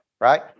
right